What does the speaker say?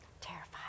Terrified